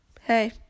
Hey